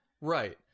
Right